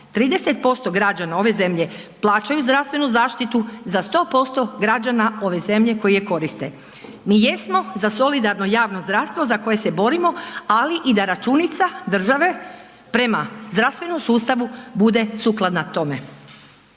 30% građana ove zemlje plaćaju zdravstvenu zaštitu za 100% građana ove zemlje koji je koriste. Mi jesmo za solidarno javno zdravstvo za koje se borimo, ali i da računica države prema zdravstvenom sustavu bude sukladna tome.